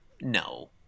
No